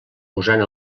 usant